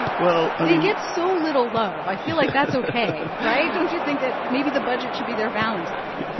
and well, i mean. they get so little love. i feel like that's ok. right? don't you think that maybe the budget should be their valentine?